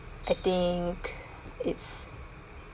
I think it's